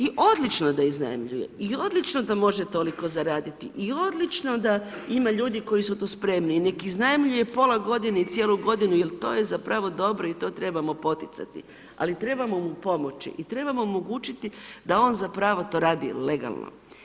I odlično da iznajmljuje i odlično da može toliko zaraditi i odlično da ima ljudi koji su tu spremni i nek' iznajmljuje pola godine i cijelu godinu je to je zapravo dobro i to trebamo poticati, ali trebamo mu pomoći i treba mu omogućiti da on zapravo to radi legalno.